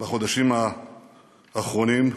בחודשים האחרונים,